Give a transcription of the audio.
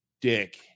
dick